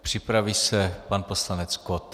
Připraví se pan poslanec Kott.